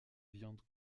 viande